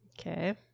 Okay